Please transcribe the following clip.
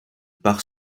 par